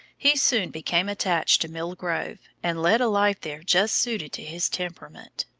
he soon became attached to mill grove, and led a life there just suited to his temperament.